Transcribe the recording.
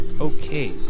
Okay